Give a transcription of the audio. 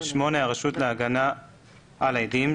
(8)הרשות להגנה על עדים,